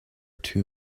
too